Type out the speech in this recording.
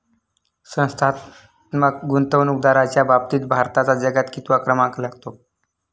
संस्थात्मक गुंतवणूकदारांच्या बाबतीत भारताचा जगात कितवा क्रमांक लागतो?